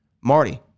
Marty